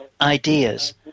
ideas